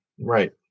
right